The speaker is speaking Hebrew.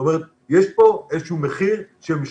זאת אומרת יש פה איזה שהוא מחיר שמשלמים